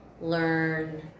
learn